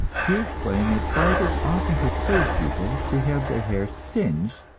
he explained that barbers often persuade people to have their hair singed,